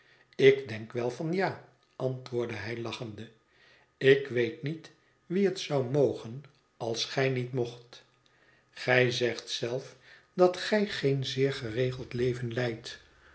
ik denk wel van ja antwoordde hij lachende ik weet niet wie het zou mogen als gij niet mocht gij zegt zelf dat gij geen zeer geregeld leven leidt